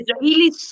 Israeli